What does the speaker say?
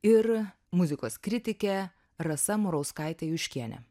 ir muzikos kritikė rasa murauskaitė juškienė